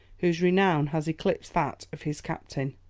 whose renown has eclipsed that of his captain.